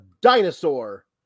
dinosaur